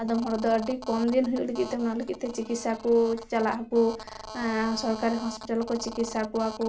ᱟᱫᱚᱢ ᱦᱚᱲ ᱫᱚ ᱟᱹᱰᱤ ᱠᱚᱢ ᱫᱤᱱ ᱦᱩᱭᱩᱜ ᱞᱟᱹᱜᱤᱜ ᱛᱮ ᱚᱱᱟ ᱞᱟᱹᱜᱤᱫ ᱛᱮ ᱪᱤᱠᱤᱥᱥᱟ ᱠᱚ ᱪᱟᱞᱟᱜᱼᱟ ᱠᱚ ᱥᱚᱨᱠᱟᱨᱤ ᱦᱚᱸᱥᱯᱤᱴᱟᱞ ᱠᱚ ᱪᱤᱠᱤᱥᱥᱟ ᱠᱚᱣᱟ ᱠᱚ